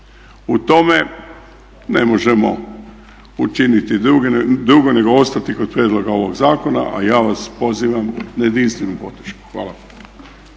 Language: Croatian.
U tome ne možemo učiniti drugo nego ostati kod prijedloga ovoga zakona a ja vas pozivam na jedinstvenu podršku. Hvala.